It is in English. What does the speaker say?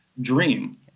dream